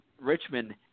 richmond